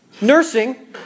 nursing